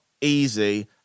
easy